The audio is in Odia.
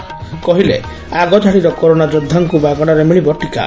କହିଲେ ଆଗଧାଡିର କରୋନା ଯୋଦ୍ଧାଙ୍କୁ ମାଗଶାରେ ମିଳିବ ଟୀକା